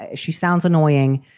ah she sounds annoying.